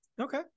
Okay